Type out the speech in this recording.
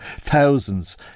Thousands